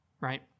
right